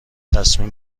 تصمیم